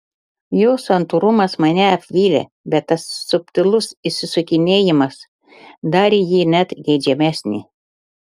jo santūrumas mane apvylė bet tas subtilus išsisukinėjimas darė jį net geidžiamesnį